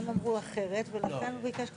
הם אמרו אחרת ומנכ"ל הוא ביקש להחליף.